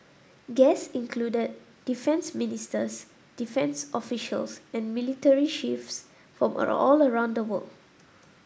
guests included defence ministers defence officials and military chiefs from all around the world